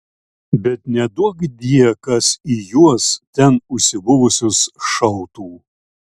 bet neduokdie kas į juos ten užsibuvusius šautų